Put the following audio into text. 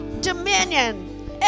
dominion